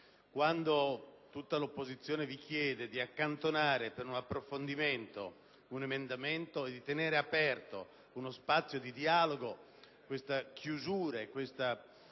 quando tutta l'opposizione vi chiede di accantonare per un approfondimento un emendamento e di tenere aperto uno spazio di dialogo, questa chiusura e questa